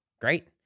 Great